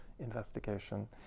investigation